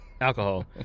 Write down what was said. Alcohol